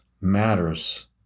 matters